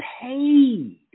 paid